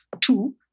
Two